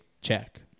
check